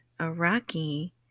Iraqi